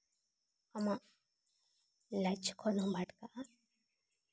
ᱟᱢᱟᱜ ᱞᱟᱪᱷ ᱠᱷᱚᱱ ᱦᱚᱸᱢ ᱟᱴᱠᱟᱜᱼᱟ